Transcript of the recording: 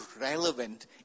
relevant